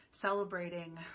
celebrating